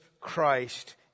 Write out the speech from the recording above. Christ